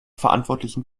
verantwortlichen